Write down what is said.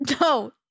no